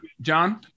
John